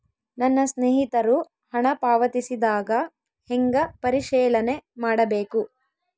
ನನ್ನ ಸ್ನೇಹಿತರು ಹಣ ಪಾವತಿಸಿದಾಗ ಹೆಂಗ ಪರಿಶೇಲನೆ ಮಾಡಬೇಕು?